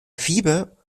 fieber